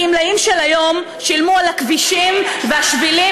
הגמלאים של היום שילמו על הכבישים והשבילים